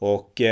Och